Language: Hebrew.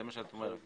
זה מה שאת אומרת.